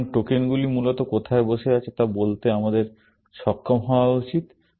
সুতরাং টোকেনগুলি মূলত কোথায় বসে আছে তা বলতে আমাদের সক্ষম হওয়া উচিত